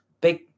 big